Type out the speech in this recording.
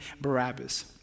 Barabbas